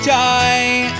die